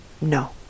no